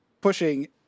pushing